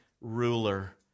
ruler